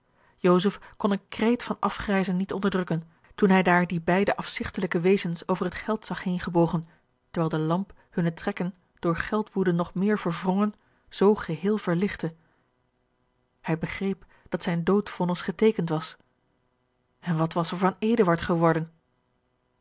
kon een kreet van afgrijzen niet onderdrukken toen hij daar die beide afzigtelijke wezens over het geld zag heengebogen terwijl de lamp hunne trekken door geldwoede nog meer verwrongen zoo geheel verlichtte hij begreep dat zijn doodvonnis geteekend was en wat was er van eduard geworden